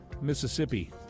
Mississippi